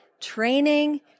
training